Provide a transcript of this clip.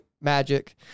magic